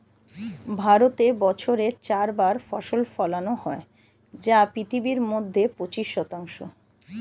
ভারতে বছরে চার বার ফসল ফলানো হয় যা পৃথিবীর মধ্যে পঁচিশ শতাংশ